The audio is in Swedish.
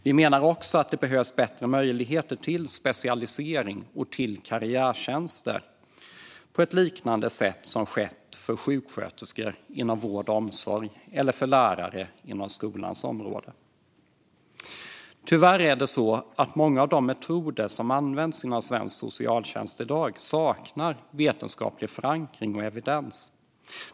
Det behövs också bättre möjligheter till specialisering och till karriärtjänster på ett liknande sätt som skett för sjuksköterskor inom vård och omsorg och för lärare inom skolans område. Tyvärr saknar många av de metoder som används inom svensk socialtjänst i dag vetenskaplig förankring och evidens.